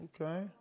Okay